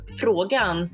frågan